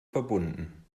verbunden